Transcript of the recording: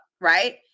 right